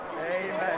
Amen